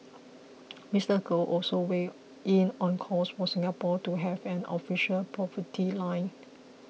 Mister Goh also weighed in on calls for Singapore to have an official poverty line